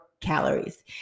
calories